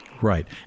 Right